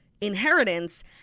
inheritance